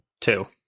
Two